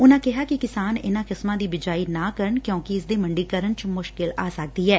ਉਨੂਾ ਕਿਹਾ ਕਿ ਕਿਸਾਨ ਇਨੂਾ ਕਿਸਮਾ ਦੀ ਬਿਜਾਈ ਨਾ ਕਰਨ ਕਿਊਕਿ ਇਸਦੇ ਮੰਡੀਕਰਨ ਚ ਮੁਸ਼ਕਿਲ ਆ ਸਕਦੀ ਐ